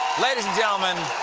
ladies and gentlemen,